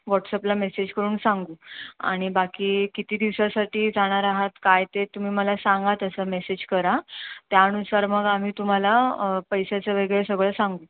वॉट्सअपला मेसेज करून सांगू आणि बाकी किती दिवसासाठी जाणार आहात काय ते तुम्ही मला सांगा तसं मेसेज करा त्यानुसार मग आम्ही तुम्हाला पैशाचं वगैरे सगळं सांगू